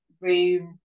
room